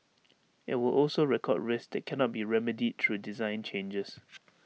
IT will also record risks that cannot be remedied through design changes